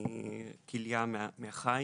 כליה מהחי.